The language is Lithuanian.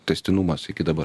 tęstinumas iki dabar